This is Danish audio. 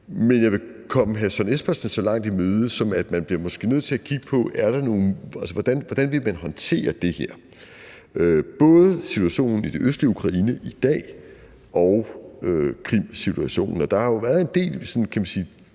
Men jeg vil komme hr. Søren Espersen så langt i møde som at sige, at man måske bliver nødt til at kigge på, hvordan man vil håndtere det her, både situationen i det østlige Ukraine i dag og Krimsituationen. Og der har jo været en del, kan man sige